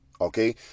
okay